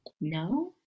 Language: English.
No